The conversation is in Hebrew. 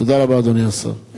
תודה רבה, אדוני השר.